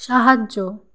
সাহায্য